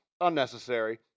Unnecessary